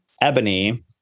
Ebony